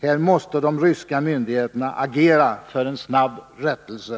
Här måste de ryska myndigheterna agera för en snabb rättelse.